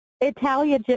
Italia